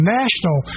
national